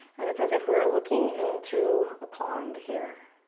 and it's as if we're looking into a pond here.